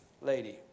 lady